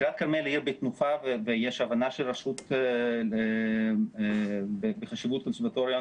טירת הכרמל היא עיר בתנופה ויש הבנה של הרשות בחשיבות הקונסרבטוריון